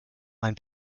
mein